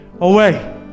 away